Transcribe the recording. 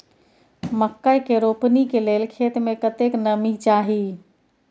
मकई के रोपनी के लेल खेत मे कतेक नमी चाही?